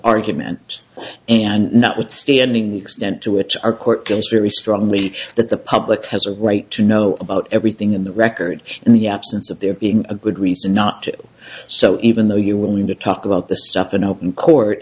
argument and notwithstanding the extent to which our court goes very strongly that the public has a right to know about everything in the record in the absence of there being a good recent not to do so even though you're willing to talk about the stuff in open court